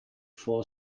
four